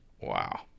Wow